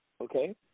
okay